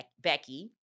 Becky